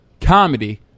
comedy